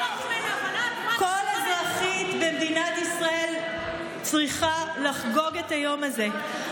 כל אזרחית במדינת ישראל צריכה לחגוג את היום הזה.